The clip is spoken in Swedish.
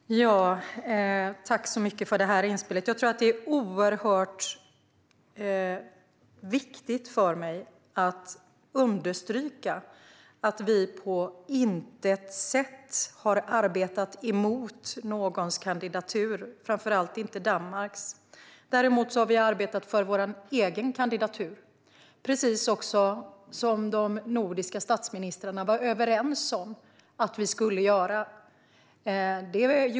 Herr talman! Tack så mycket för detta inspel! Jag tror att det är oerhört viktigt för mig att understryka att vi på intet sätt har arbetat emot någons kandidatur, framför allt inte Danmarks. Däremot har vi arbetat för vår egen kandidatur. Det är precis det som de nordiska statsministrarna var överens om att vi skulle göra.